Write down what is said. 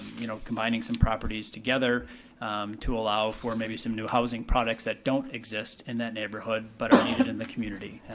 you know, combining some properties together to allow for maybe some new housing projects that don't exist in that neighborhood but are needed in the community.